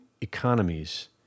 economies